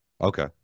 Okay